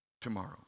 tomorrow